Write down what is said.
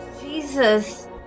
Jesus